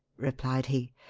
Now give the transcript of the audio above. replied he,